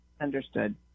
understood